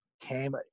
came